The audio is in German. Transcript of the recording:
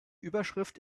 überschrift